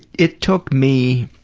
it took me